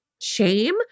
shame